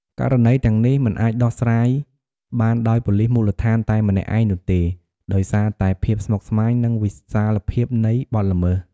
ករណីទាំងនេះមិនអាចដោះស្រាយបានដោយប៉ូលិសមូលដ្ឋានតែម្នាក់ឯងនោះទេ ដោយសារតែភាពស្មុគស្មាញ និងវិសាលភាពនៃបទល្មើស។